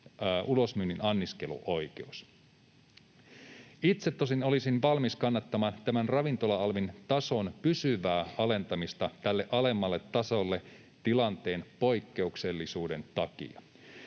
ulosmyynnin anniskeluoikeus. Itse tosin olisin valmis kannattamaan tämän ravintola-alvin tason pysyvää alentamista tälle alemmalle tasolle tilanteen poikkeuksellisuuden takia.